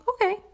Okay